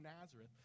Nazareth